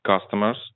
customers